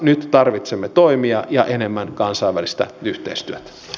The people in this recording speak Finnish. nyt tarvitsemme toimia ja enemmän kansainvälistä yhteistyötä